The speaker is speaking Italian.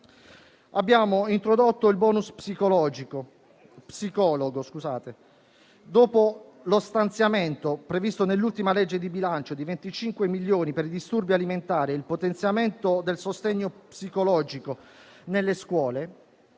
Abbiamo introdotto il *bonus* psicologo. Dopo lo stanziamento, previsto nell'ultima legge di bilancio, di 25 milioni di euro per i disturbi alimentari e il potenziamento del sostegno psicologico nelle scuole,